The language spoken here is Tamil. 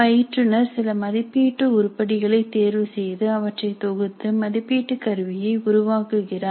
பயிற்றுனர் சில மதிப்பீடு உருப்படிகளை தேர்வு செய்து அவற்றை தொகுத்து மதிப்பீட்டு கருவியை உருவாக்குகிறார்